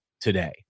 today